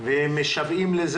ומשוועים להם,